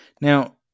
Now